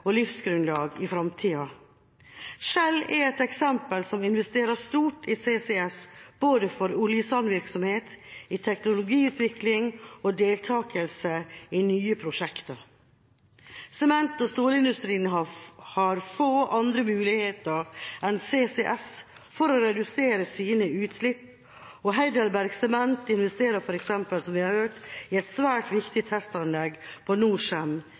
og livsgrunnlag i fremtiden. Shell er et eksempel som investerer stort i CCS både for oljesandvirksomhet, i teknologiutvikling og deltakelse i nye prosjekter. Sement- og stålindustrien har få andre muligheter enn CCS for å redusere sine utslipp, og HeidelbergCement investerer f.eks., som vi har hørt, i et svært viktig testanlegg hos Norcem i Brevik. En norsk satsing på